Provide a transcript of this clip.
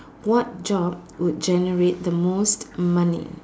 what job would generate the most money